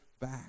back